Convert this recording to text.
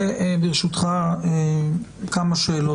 ברשותך, אני רוצה כמה שאלות.